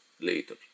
later